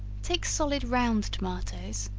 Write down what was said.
take solid round tomatoes,